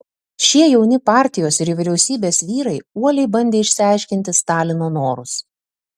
šie jauni partijos ir vyriausybės vyrai uoliai bandė išsiaiškinti stalino norus